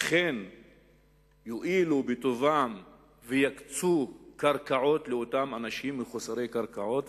אכן יואילו בטובם ויקצו קרקעות לאותם אנשים מחוסרי קרקעות,